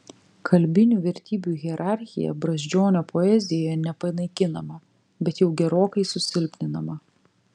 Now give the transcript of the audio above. kalbinių vertybių hierarchija brazdžionio poezijoje nepanaikinama bet jau gerokai susilpninama